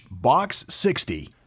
Box60